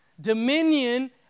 Dominion